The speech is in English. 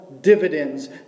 Dividends